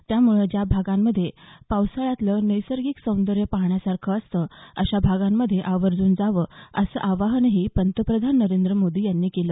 त्यामुळे ज्या भागांमध्ये पावसाळ्यातलं नैसर्गिक सौंदर्य पाहण्यासारखं असतं अशा भागांमध्ये आवर्जून जावं असं आवाहनही पंतप्रधान नरेंद्र मोदी यांनी केलं